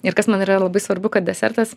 ir kas man yra labai svarbu kad desertas